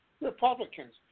Republicans